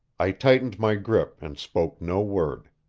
i tightened my grip and spoke no word.